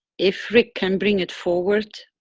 if rick can bring it forward,